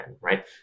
right